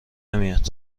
نمیاد